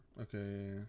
Okay